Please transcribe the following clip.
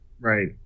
Right